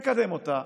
נקדם אותה,